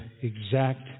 exact